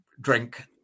drink